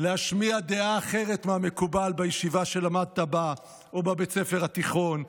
מלהשמיע דעה אחרת מהמקובל בישיבה שלמדת בה או בבית הספר התיכון.